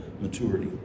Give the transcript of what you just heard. maturity